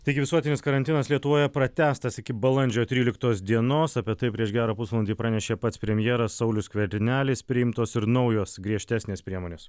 taigi visuotinis karantinas lietuvoje pratęstas iki balandžio tryliktos dienos apie tai prieš gerą pusvalandį pranešė pats premjeras saulius skvernelis priimtos ir naujos griežtesnės priemonės